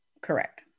Correct